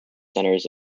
centers